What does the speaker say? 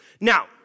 Now